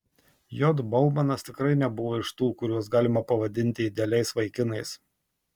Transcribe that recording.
j baumanas tikrai nebuvo iš tų kuriuos galima pavadinti idealiais vaikinais